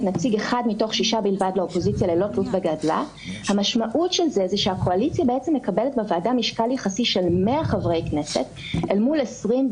כפי שכל מי שיושב בחדר הזה יודע הממשלה זקוקה לאמון הכנסת על מנת לקום